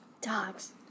Dogs